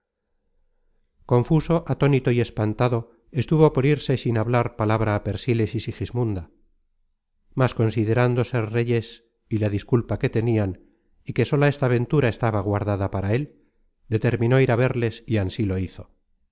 confuso atónito y espantado estuvo por irse sin hablar content from google book search generated at palabra á persíles y sigismunda mas considerando ser reyes y la disculpa que tenian y que sola esta ventura estaba guardada para él determinó ir á verles y ansí lo hizo